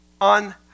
on